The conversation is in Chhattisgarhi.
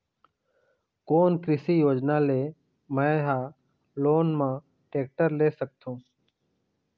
कोन कृषि योजना ले मैं हा लोन मा टेक्टर ले सकथों?